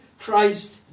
Christ